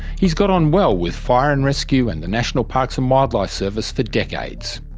he's got on well with fire and rescue and the national parks and wildlife service for decades.